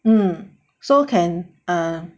um so can err